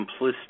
simplistic